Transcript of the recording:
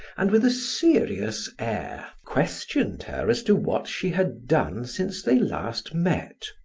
and with a serious air questioned her as to what she had done since they last met.